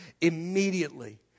immediately